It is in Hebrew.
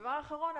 דבר אחרון,